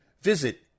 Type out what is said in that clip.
Visit